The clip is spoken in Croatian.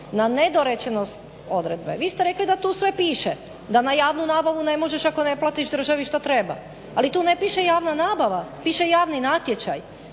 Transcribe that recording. na nedorečenost odredbe. Vi ste rekli da tu sve pište, da na javnu nabavu ne možeš ako ne platiš državi šta treba, ali tu ne piše javna nabava, piše javni natječaj.